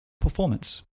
Performance